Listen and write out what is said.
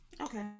Okay